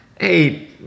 hey